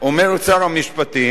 אומר שר המשפטים,